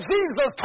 Jesus